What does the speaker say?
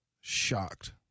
Shocked